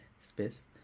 space